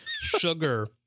sugar